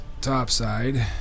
topside